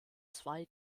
zwei